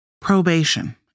Probation